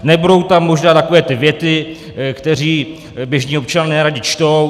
Nebudou tam možná takové ty věty, které běžní občané neradi čtou.